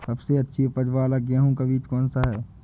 सबसे अच्छी उपज वाला गेहूँ का बीज कौन सा है?